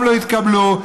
לא התקבלו.